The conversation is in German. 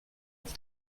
auf